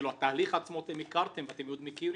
את התהליך עצמו אתם הכרתם ואתם מכירים